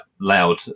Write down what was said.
loud